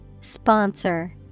Sponsor